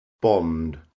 Bond